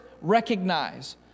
recognize